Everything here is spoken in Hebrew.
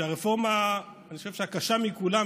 כשהרפורמה שאני חושב שהייתה הקשה מכולם,